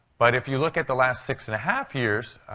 but if you look at the last six and a half years,